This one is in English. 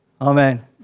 Amen